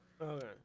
Okay